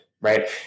right